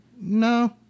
no